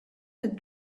had